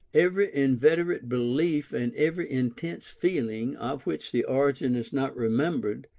every inveterate belief and every intense feeling, of which the origin is not remembered,